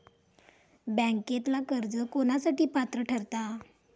बँकेतला कर्ज कोणासाठी पात्र ठरता?